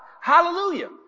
Hallelujah